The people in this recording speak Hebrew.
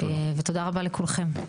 ותודה רבה לכולכם.